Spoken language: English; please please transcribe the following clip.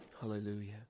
Hallelujah